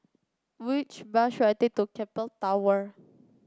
which bus should I take to Keppel Tower